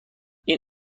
این